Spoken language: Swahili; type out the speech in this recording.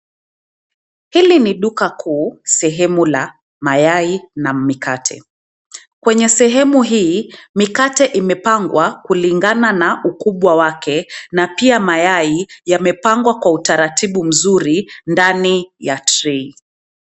Hili ni duka kuu sehemu ya mayai na mikate. Kwenye sehemu hii, mikate imepangwa kulingana na ukubwa wake na pia mayai yamepangwa kwa utaratibu mzuri ndani ya trei.